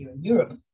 Europe